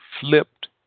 flipped